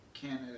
Canada